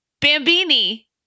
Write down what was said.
Bambini